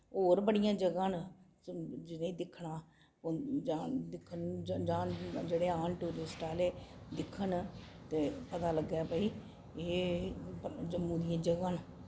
होर बड़ियां जगह् न जिनेंगी दिक्खना उ जान दिक्खन जान जेह्ड़े आन टूरिस्ट आह्ले दिक्खन ते पता लग्गै भई एह् जम्मू दियां जगह् न